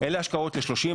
אלה השקעות ל-30,